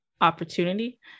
opportunity